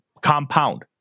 compound